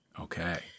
okay